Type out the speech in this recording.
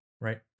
right